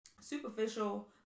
superficial